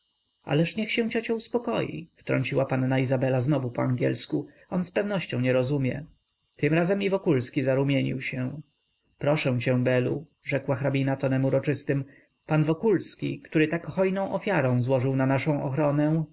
ależ niech się ciocia uspokoi wtrąciła panna izabela znowu po angielsku on z pewnością nie rozumie tym razem i wokulski zarumienił się proszę cię belu rzekła hrabina tonem uroczystym pan wokulski który tak hojną ofiarę złożył na naszę ochronę